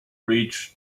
reach